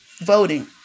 voting